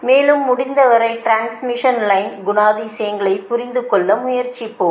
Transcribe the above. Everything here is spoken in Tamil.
மேலும் முடிந்தவரை டிரான்ஸ்மிஷன் லைனின் குணாதிசயங்களைப் புரிந்து கொள்ள முயற்சித்தோம்